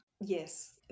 Yes